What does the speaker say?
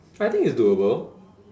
I think it's doable